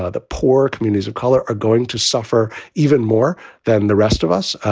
ah the poor communities of color, are going to suffer even more than the rest of us.